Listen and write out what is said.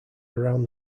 around